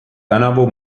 tänavu